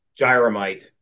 Gyromite